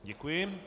Děkuji.